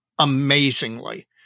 Amazingly